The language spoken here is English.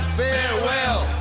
farewell